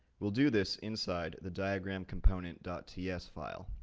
we'll do this inside the diagram component ts file.